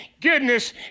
goodness